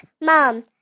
Mom